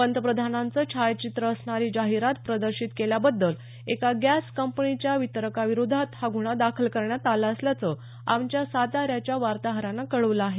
पंतप्रधानांचं छायाचित्र असणारी जाहिरात प्रदर्शित केल्याबद्दल एका गॅस कंपनीच्या वितरकाविरोधात हा गुन्हा दाखल करण्यात आला असल्याचं आमच्या साताऱ्याच्या वार्ताहरानं कळवलं आहे